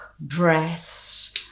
breaths